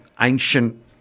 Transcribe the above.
ancient